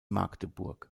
magdeburg